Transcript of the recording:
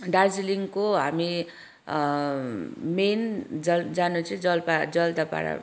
दार्जिलिङको हामी मेन जानु चाहिँ जलपाहाड जल्दापाडा